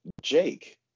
Jake